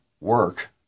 work